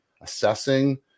assessing